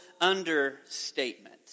understatement